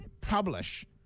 Publish